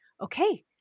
okay